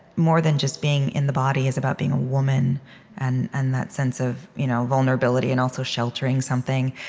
more than just being in the body, is about being a woman and and that sense of you know vulnerability and also sheltering something.